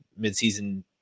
midseason